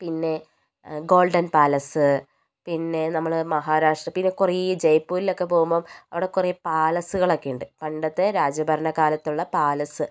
പിന്നെ golden palace പിന്നെ നമ്മള് മഹാരാഷ്ട്ര പിന്നെ കുറേ ജയ്പൂരിൽ ഒക്കെ പോകുമ്പം അവിടെ കുറേ പാലസുകൾ ഒക്കെ ഉണ്ട് പണ്ടത്തെ രാജഭരണ കാലത്തുള്ള പാലസ്